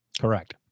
Correct